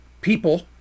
people